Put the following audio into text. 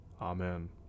Amen